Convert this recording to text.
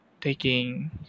taking